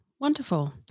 Wonderful